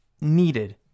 needed